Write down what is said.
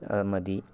ꯑꯃꯗꯤ